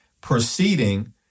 proceeding